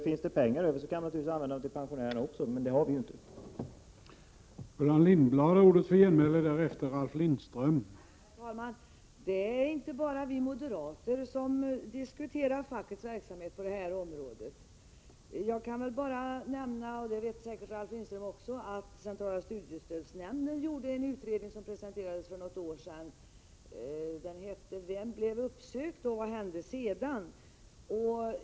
Finns det pengar över, kan de naturligtvis användas också för pensionärerna, men så är ju inte fallet.